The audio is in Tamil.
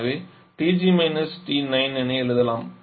எனவே TG T9 என எழுதலாம்